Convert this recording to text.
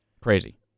Crazy